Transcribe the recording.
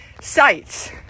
sites